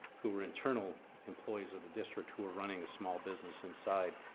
who were internal employees of the district, who were running a small business inside